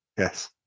Yes